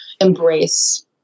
embrace